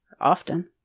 often